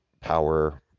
power